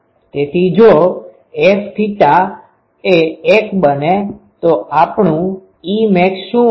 તેથી જો Fθ એ 1 બને છે તો આપણું Emax શું હશે